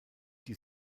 die